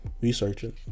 researching